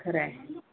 खरं आहे